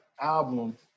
album